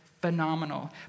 phenomenal